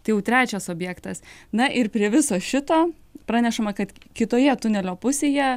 tai jau trečias objektas na ir prie viso šito pranešama kad kitoje tunelio pusėje